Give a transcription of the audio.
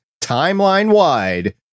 timeline-wide